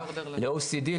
ל-OCD,